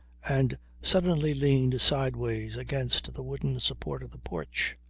and suddenly leaned sideways against the wooden support of the porch.